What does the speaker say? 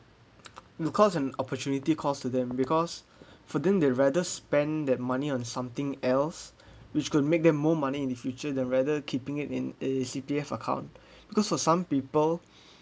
because an opportunity cost to them because for them they rather spend that money on something else which could make them more money in the future than rather keeping it in a C_P_F account because for some people